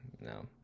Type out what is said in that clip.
No